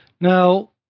Now